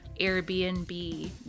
Airbnb